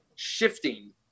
shifting